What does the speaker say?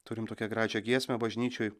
turim tokią gražią giesmę bažnyčioj